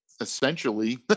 essentially